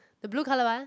the blue colour one